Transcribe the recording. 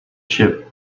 ship